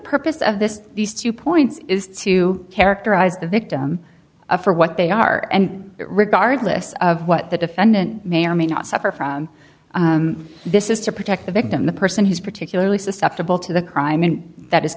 purpose of this these two points is to characterize the victim for what they are and regardless of what the defendant may or may not suffer from this is to protect the victim the person who's particularly susceptible to the crime and that is